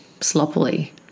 sloppily